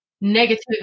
negative